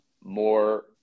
more